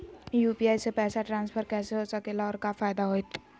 UPI से पैसा transfer कैसे हो सके ला और का फायदा होएत?